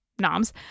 noms